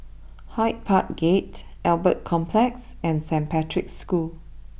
Hyde Park Gate Albert Complex and Saint Patrick's School